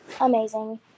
amazing